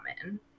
common